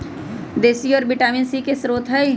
देशी औरा vitamin C के स्रोत हई